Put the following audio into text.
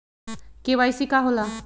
KYC का होला?